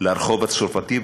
לרחוב הצרפתי,